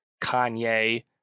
Kanye